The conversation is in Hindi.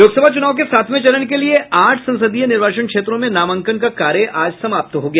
लोकसभा चुनाव के सातवें चरण के लिए आठ संसदीय निर्वाचन क्षेत्रों में नामांकन का कार्य आज समाप्त हो गया